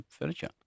furniture